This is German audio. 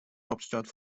hauptstadt